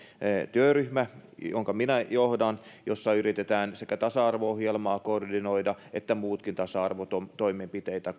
työryhmä jota minä johdan ja jossa yritetään koordinoida sekä tasa arvo ohjelmaa että muitakin tasa arvotoimenpiteitä